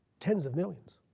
tens of millions.